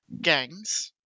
gangs